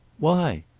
why?